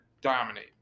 dominate